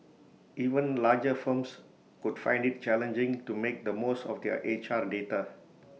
even larger firms could find IT challenging to make the most of their H R data